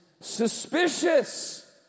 suspicious